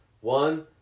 One